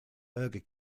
burger